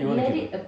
what you want to do